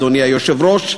אדוני היושב-ראש,